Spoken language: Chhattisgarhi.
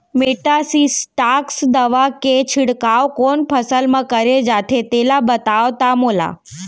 मेटासिस्टाक्स दवा के छिड़काव कोन फसल म करे जाथे तेला बताओ त मोला?